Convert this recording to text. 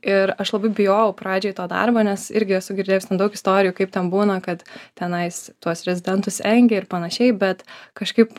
ir aš labai bijojau pradžioj to darbo nes irgi esu girdėjus nu daug istorijų kaip ten būna kad tenais tuos rezidentus engia ir panašiai bet kažkaip